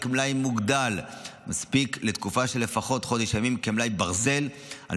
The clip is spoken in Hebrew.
מלאי מוגדל המספיק לתקופה של לפחות חודש ימים כמלאי ברזל על